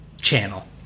channel